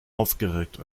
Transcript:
aufgeregt